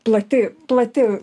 plati plati